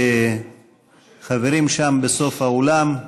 חברים שם, בסוף האולם,